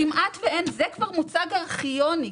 זה כבר מוצג ארכיוני,